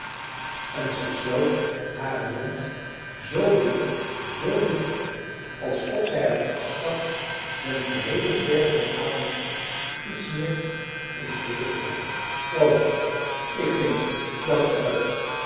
en zij sloot haren mond zoo dicht zoo dicht alsof zij er van afzag den geheelen verderen avond iets meer in het midden te brengen o ik vind dat ze er